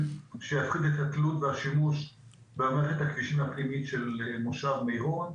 שיפחית את התלות והשימוש במערכת הכבישים הפנימיים של מושב מירון.